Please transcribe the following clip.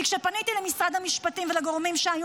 כי כשפניתי למשרד המשפטים ולגורמים שהיו